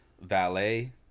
Valet